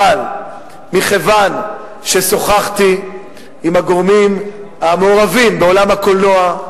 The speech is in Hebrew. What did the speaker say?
אבל מכיוון ששוחחתי עם הגורמים המעורבים בעולם הקולנוע,